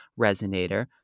resonator